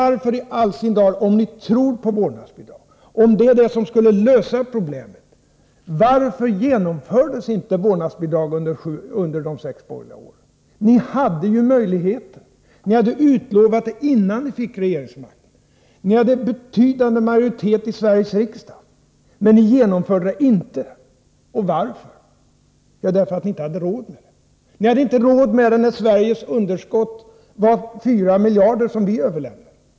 Varför i all sin dar — om ni nu tror att ett vårdnadsbidrag skulle lösa problemen — genomfördes då inte vårdnadsbidraget under de sex borgerliga åren? Ni hade ju möjligheten! Ni hade utlovat vårdnadsbidrag innan ni fick regeringsmakten. Ni hade en betydande majoritet i Sveriges riksdag. Men ni genomförde det inte! Varför? Därför att ni inte hade råd med det. Ni hade inte råd med det när Sveriges budgetunderskott var 4 miljarder — det vi lämnade över.